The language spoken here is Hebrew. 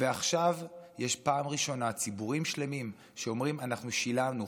ועכשיו יש פעם ראשונה ציבורים שלמים שאומרים: אנחנו שילמנו,